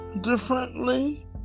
differently